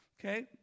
Okay